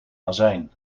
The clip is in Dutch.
azijn